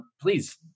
Please